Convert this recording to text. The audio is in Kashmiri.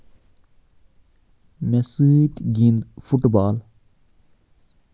مے سۭتۍ گِنٛد فُٹ بال